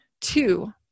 Two